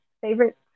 favorite